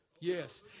Yes